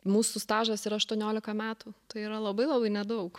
mūsų stažas yra aštuoniolika metų tai yra labai labai nedaug